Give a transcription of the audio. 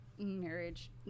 Marriage